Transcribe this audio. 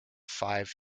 five